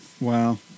wow